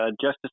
Justice